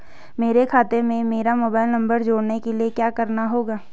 मेरे खाते से मेरा मोबाइल नम्बर जोड़ने के लिये क्या करना होगा?